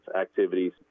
activities